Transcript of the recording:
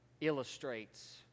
illustrates